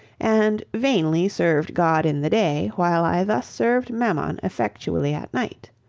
and vainly served god in the day while i thus served mammon effectually at night.